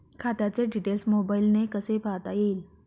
खात्याचे डिटेल्स मोबाईलने कसे पाहता येतील?